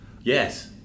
Yes